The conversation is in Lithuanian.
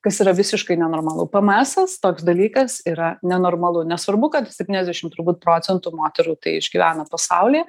kas yra visiškai nenormalu pėmėesas toks dalykas yra nenormalu nesvarbu kad septyniasdešim turbūt procentų moterų tai išgyvena pasauly